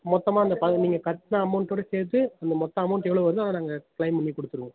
மொத்தமாக அந்த ப நீங்கள் கட்டின அமௌண்ட்டோடு சேர்த்து அந்த மொத்த அமௌண்ட் எவ்வளோ வருதோ அதை நாங்கள் க்ளைம் பண்ணி கொடுத்துருவோம்